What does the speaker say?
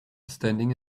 standing